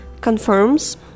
confirms